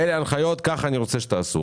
ההנחיות וככה תעשו.